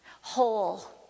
whole